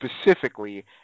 specifically